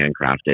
handcrafted